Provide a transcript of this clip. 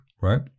right